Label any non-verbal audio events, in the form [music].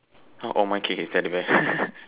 ah oh my kid is his teddy bear [laughs]